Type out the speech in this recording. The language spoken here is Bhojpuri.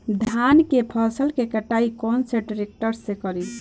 धान के फसल के कटाई कौन सा ट्रैक्टर से करी?